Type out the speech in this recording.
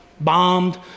bombed